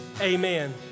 amen